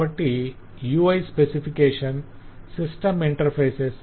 కాబట్టి UI specification system interfaces